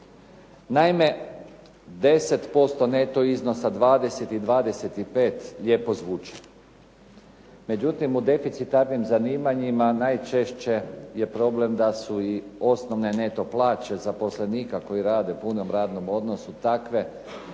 Naime, 10% neto iznosa, 20 i 25 lijepo zvuči. Međutim, u deficitarnim zanimanjima najčešće je problem da su i osnovne neto plaće zaposlenika koji rade u punom radnom odnosu takve da recimo